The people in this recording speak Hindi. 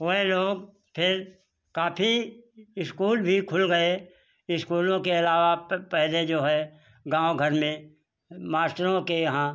वे लोग फिर काफ़ी इस्कूल भी खुल गए इस्कूलों के अलावा अब तो पहले जो है गाँव घर में मास्टरों के यहाँ